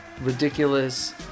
ridiculous